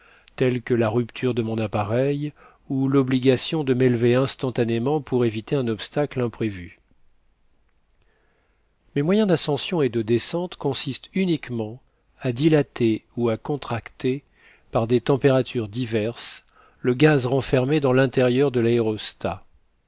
tels que la rupture de mon appareil ou l'obligation de m'élever instantanément pour éviter un obstacle imprévu mes moyens d'ascension et de descente consistent uniquement à dilater ou à contracter par des températures diverses le gaz renfermé dans l'intérieur de l'aérostat